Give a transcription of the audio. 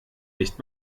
nicht